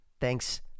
Thanks